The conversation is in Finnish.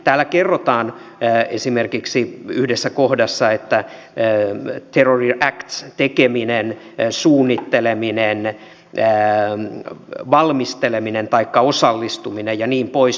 täällä kerrotaan esimerkiksi yhdessä kohdassa että terror actin tekeminen suunnitteleminen valmisteleminen taikka osallistuminen ja niin poispäin